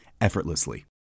effortlessly